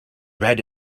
red